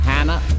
Hannah